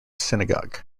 synagogue